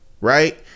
right